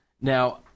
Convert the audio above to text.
Now